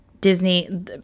Disney